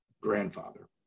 grandfather